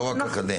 לא רק אקדמי.